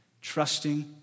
trusting